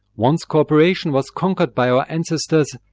once cooperation was conquered by our ancestors,